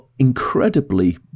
incredibly